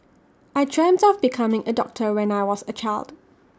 I dreamt of becoming A doctor when I was A child